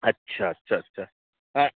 اچھا اچھا اچھا ہاں